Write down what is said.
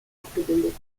abgebildet